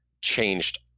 changed